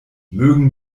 mögen